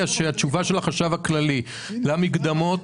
שהתשובה של החשב הכללי בנוגע למקדמות